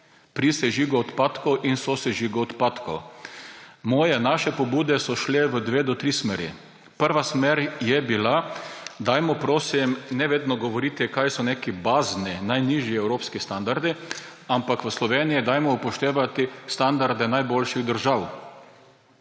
pri sežigu odpadkov in sosežigu odpadkov. Moje, naše pobude so šle v dve do tri smeri. Prva smer je bila, dajmo, prosim, ne vedno govoriti, kaj so neki bazni, najnižji evropski standardi, ampak dajmo v Sloveniji upoštevati standarde najboljših držav.